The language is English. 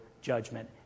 judgment